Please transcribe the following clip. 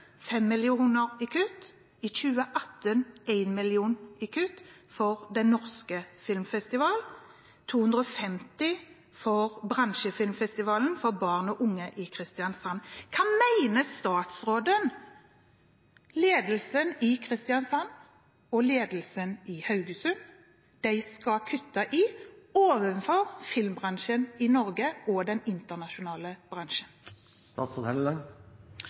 kutt, i 2018 1 mill. kr i kutt for Den norske filmfestivalen og 250 000 kr for bransjefilmfestivalen for barn og unge i Kristiansand. Hva mener statsråden ledelsen i Kristiansand og ledelsen i Haugesund skal kutte i overfor filmbransjen i Norge og den internasjonale